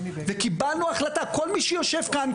כל מי שיושב כאן,